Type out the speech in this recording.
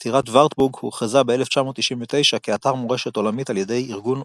וטירת וארטבורג הוכרזה ב-1999 כאתר מורשת עולמית על ידי ארגון אונסק"ו.